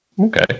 Okay